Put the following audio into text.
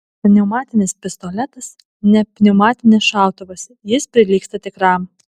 pneumatinis pistoletas ne pneumatinis šautuvas jis prilygsta tikram